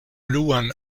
duan